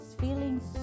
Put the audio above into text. feeling